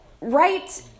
right